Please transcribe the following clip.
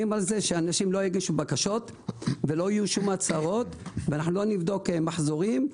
על כך שאנשים לא יגישו בקשות ולא יהיו הצהרות ולא נבדוק מחזורים.